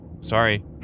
Sorry